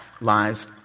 lives